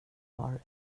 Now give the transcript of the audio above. har